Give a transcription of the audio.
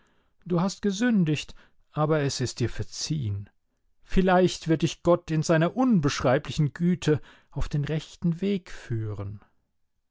du hast gesündigt aber es ist dir verziehen vielleicht wird dich gott in seiner unbeschreiblichen güte auf den rechten weg führen